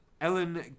Ellen